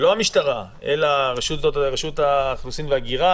אם לא המשטרה אלא רשות האוכלוסין וההגירה